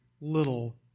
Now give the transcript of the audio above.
little